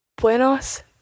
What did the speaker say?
Buenos